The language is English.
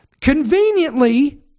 Conveniently